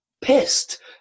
pissed